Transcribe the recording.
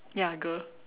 ya girl